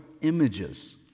images